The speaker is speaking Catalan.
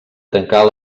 tancar